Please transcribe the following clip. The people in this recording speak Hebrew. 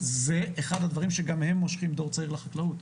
זה אחד הדברים שגם הם מושכים דור צעיר לחקלאות.